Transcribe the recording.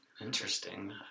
interesting